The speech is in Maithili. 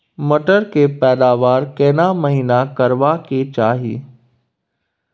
मटर के पैदावार केना महिना करबा के चाही?